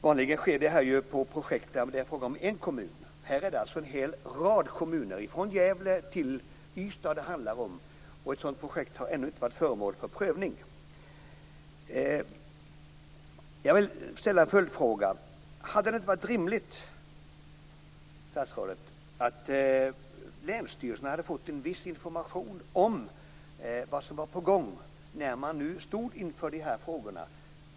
Vanligen sker sådant här när det gäller projekt där det är fråga om en kommun. I det här fallet handlar det om en rad kommuner från Gävle till Ystad. Ett sådant projekt har ännu inte varit föremål för prövning. Jag vill ställa en följdfråga. Hade det inte varit rimligt, statsrådet, att länsstyrelserna hade fått viss information om vad som var på gång när man nu stod inför de här frågorna?